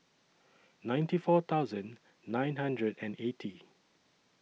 ninety four thousand nine hundred and eighty